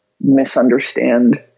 misunderstand